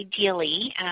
Ideally